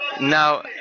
now